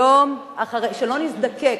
יום אחרי, שלא נזדקק.